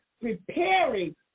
preparing